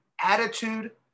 attitude